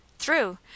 Through